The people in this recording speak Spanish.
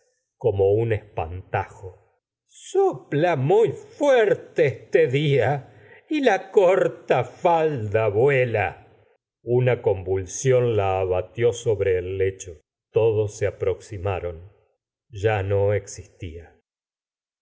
como un espantajo sopla muy fuerte este dia y la corta falda vuela una convulsión la abatió sobre el lecho todos se aproximaron ya no existía